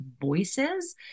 voices